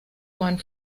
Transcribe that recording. man